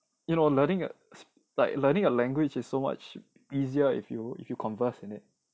you know learning like learning a language it's so much easier if you if you converse in it